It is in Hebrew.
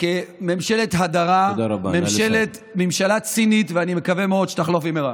חברי הכנסת, בבקשה שקט.